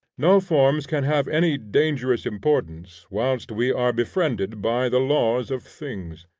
no forms can have any dangerous importance whilst we are befriended by the laws of things.